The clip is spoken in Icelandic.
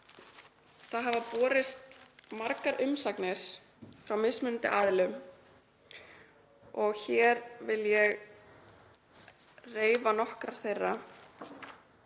Það hafa borist margar umsagnir frá mismunandi aðilum og vil ég reifa nokkrar þeirra.